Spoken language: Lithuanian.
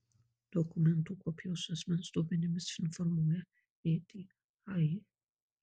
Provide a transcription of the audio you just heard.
dokumentų kopijos su asmens duomenimis informuoja vdai